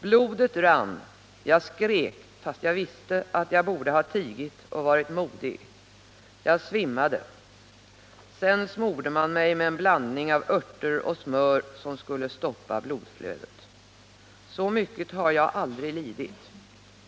Blodet rann. Jag skrek, fast jag visste att jag borde ha tigit och varit modig. Jag svimmade. Sedan smorde man mig med en blandning av örter och smör, som skulle stoppa blodflödet. Så mycket har jag aldrig lidit.